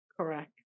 Correct